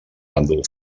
bàndol